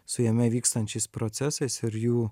su jame vykstančiais procesais ir jų